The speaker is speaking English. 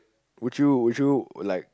would you would you like